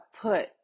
put